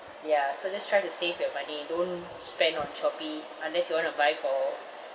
ya so just try to save your money don't spend on Shopee unless you want to buy for